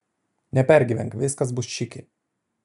nepergyvenk bus viskas čiki